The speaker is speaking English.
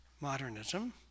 Modernism